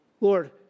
Lord